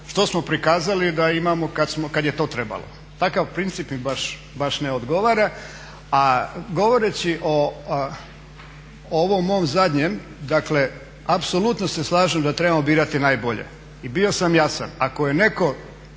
što smo prikazali da imamo kad je to trebalo. Takav princip mi baš ne odgovara, a govoreći o ovom mom zadnjem, dakle apsolutno se slažem da trebamo birati najbolje i bio sam jasan ako je netko